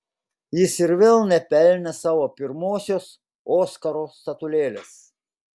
jis ir vėl nepelnė savo pirmosios oskaro statulėlės